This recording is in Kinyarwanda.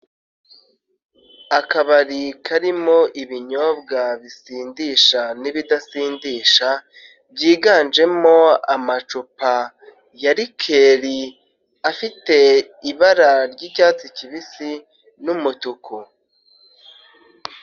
Akabari karimo ibinyobwa bisindisha n'ibidasindisha, byiganjemo amacupa ya rikeri afite ibara ry'icyatsi kibisi n'umutuku.